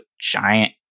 giant